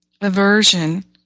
aversion